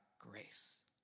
grace